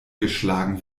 geschlagen